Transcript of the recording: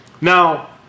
now